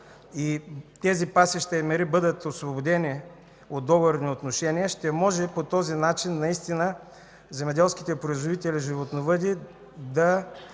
и тези пасища и мери бъдат освободени от договорни отношения, ще може по този начин наистина земеделските производители – животновъди,